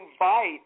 invite